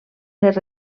les